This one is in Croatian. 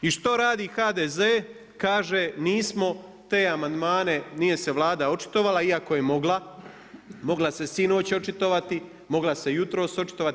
I što radi HDZ, kaže nismo te amandmane, nije se Vlada očitovala iako je mogla, mogla se sinoć očitovati, mogla se jutros očitovati.